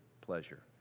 pleasure